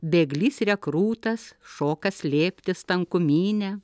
bėglys rekrūtas šoka slėptis tankumyne